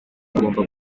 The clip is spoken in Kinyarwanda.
agomba